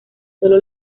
sólo